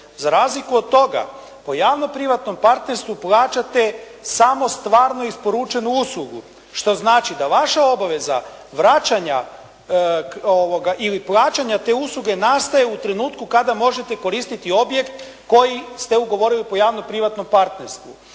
Za razliku od toga, po javnom privatnom partnerstvu plaćate samo stvarno isporučenu uslugu. Što znači da vaša obveza vraćanja ili plaćanja te usluge nastaje u trenutku kada možete koristiti objekt koji ste ugovorili po javnom privatnom partnerstvu.